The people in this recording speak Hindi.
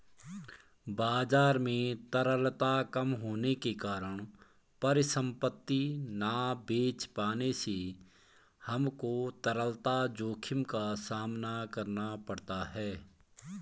बाजार में तरलता कम होने के कारण परिसंपत्ति ना बेच पाने से हमको तरलता जोखिम का सामना करना पड़ता है